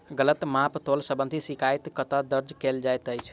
गलत माप तोल संबंधी शिकायत कतह दर्ज कैल जाइत अछि?